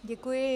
Děkuji.